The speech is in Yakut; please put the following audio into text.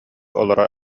олорор